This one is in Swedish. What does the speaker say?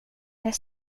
jag